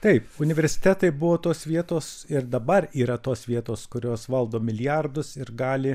taip universitetai buvo tos vietos ir dabar yra tos vietos kurios valdo milijardus ir gali